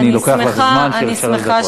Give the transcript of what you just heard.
אני לוקח לך זמן של שלוש דקות.